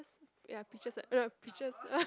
ya peaches eh no no peaches